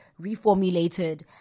reformulated